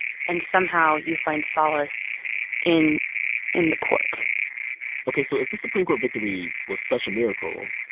and somehow you find solace in in the court ok. so if this supreme court victory was such a miracle,